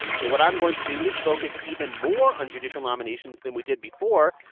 so what i'm going to do is focus even more on judicial nominations than we did before.